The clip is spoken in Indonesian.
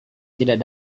tidak